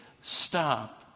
Stop